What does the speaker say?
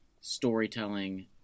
storytelling